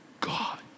God